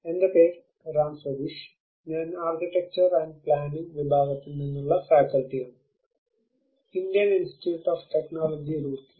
എന്റെ പേര് രാം സതീഷ് ഞാൻ ആർക്കിടെക്ചർ ആന്റ് പ്ലാനിംഗ് വിഭാഗത്തിൽ നിന്നുള്ള ഫാക്കൽറ്റിയാണ് Indian institute of technology Roorkee